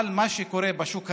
אבל מה שקורה בשוק הזה,